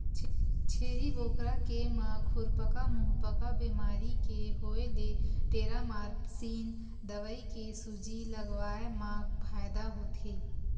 छेरी बोकरा के म खुरपका मुंहपका बेमारी के होय ले टेरामारसिन दवई के सूजी लगवाए मा फायदा होथे